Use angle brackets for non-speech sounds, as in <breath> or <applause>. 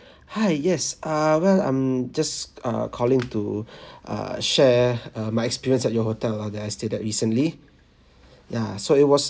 hi yes ah well I'm just uh calling to <breath> uh share uh my experience at your hotel ah that I stayed at recently ya so it was